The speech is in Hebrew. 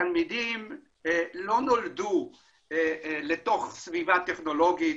התלמידים לא נולדו לתוך סביבה טכנולוגית.